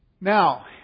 Now